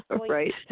Right